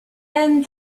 and